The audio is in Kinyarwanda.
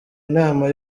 inama